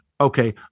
okay